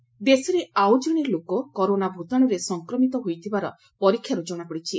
corona virus ଦେଶରେ ଆଉ ଜଣେ ଲୋକ କରୋନା ଭତାଣ୍ରରେ ସଂକ୍ରମିତ ହୋଇଥିବାର ପରୀକ୍ଷାରୁ ଜଣାପଡ଼ିଛି